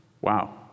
Wow